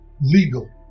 legal